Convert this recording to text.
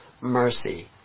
mercy